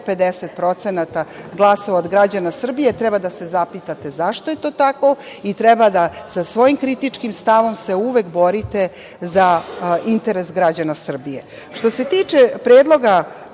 50% glasova od građana Srbije treba da se zapitate zašto je to tako i treba da sa svojim kritičkim stavom se uvek borite za interes građana Srbije. Što